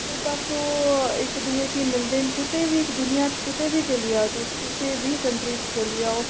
ते बस ओह् इक दुए गी मिलदे न कुतै बी दुनिया कुतै बी चली जाओ तुस कुसै बी कंट्री च चली जाओ